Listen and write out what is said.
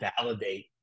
validate